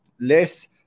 less